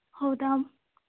ಹೌದಾ